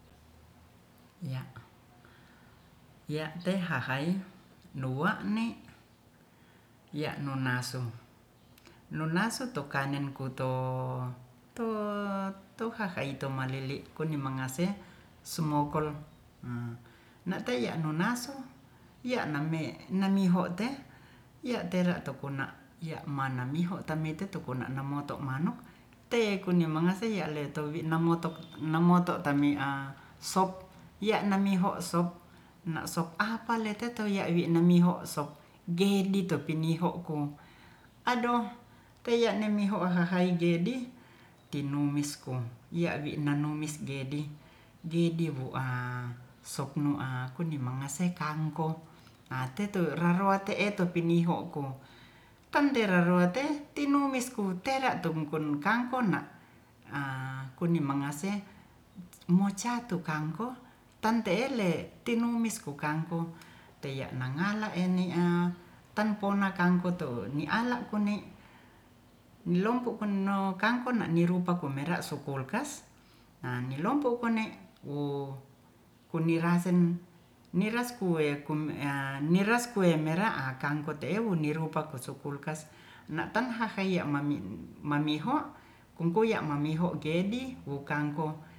Ya ya te hahai nuwa ne ya nonaso nonaso to kange ko to to hahaito malii kuni mangase semokol na teiya nonaso ya name namiho te ya tera tokona ya mamiho tamete to kona na motomano te kone mangase ya le to wi na motok na moto ta mia sok ya namiho sok na sok apalete toyana miho sok gedi to piniho ko adoh teya ne miho hahai gedi tinumis kong ya wi nanomis gedi didi wuan sop mo aku ni mangase kangkong a teto raria te'e to piniho kotanterate tino wisku tera tonkum kangko na kuni mangase mo ca ru kangkong tan tele tinumis tu kangkong teya na ngala eni a tanpona kangkong tu ni ala kuni nilompu kuno kangkong na rupa komera su kulkas nilompu kone wo kunirasen niras kue mera akang kute'e kone wo kunirasen niras kue mera akang kote'e wunirupa ko su kulkas na tan haheye mami mamiho kunkoya mamiho gedi wu kangkong